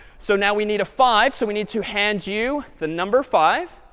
so now we need a five. so we need to hand you the number five.